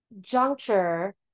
juncture